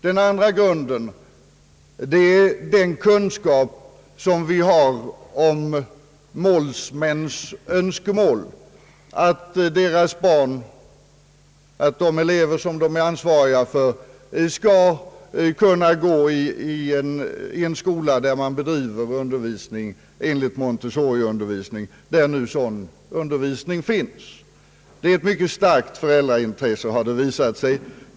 Den andra hållpunkten är målsmännens önskemål att de elever som de är ansvariga för skall kunna gå i en skola där man bedriver undervisning enligt Montessorimetoden. Det har visat sig att det finns ett mycket starkt föräldraintresse.